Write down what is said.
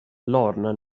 lorna